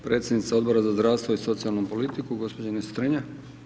Predsjednica Odbora za zdravstvo i socijalnu politiku gđa. Ines Strenja.